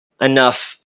enough